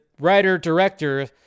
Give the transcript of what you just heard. writer-director